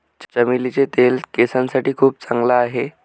चमेलीचे तेल केसांसाठी खूप चांगला आहे